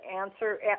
answer